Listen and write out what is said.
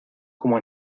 como